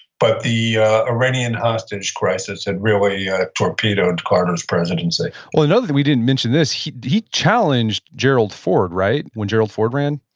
but the iranian hostage crisis and really torpedoed carter's presidency well, another thing we didn't mention this, he challenged gerald ford, right, when gerald ford ran?